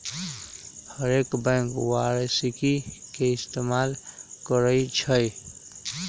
हरेक बैंक वारषिकी के इस्तेमाल करई छई